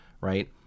right